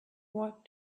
what